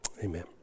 amen